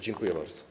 Dziękuję bardzo.